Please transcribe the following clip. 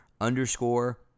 underscore